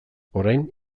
orain